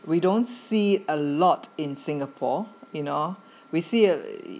we don't see a lot in singapore you know we see